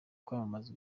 kwamamaza